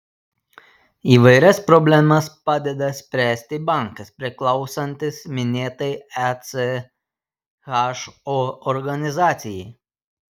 įvairias problemas padeda spręsti bankas priklausantis minėtai echo organizacijai